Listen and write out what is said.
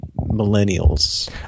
millennials